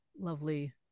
lovely